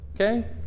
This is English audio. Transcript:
okay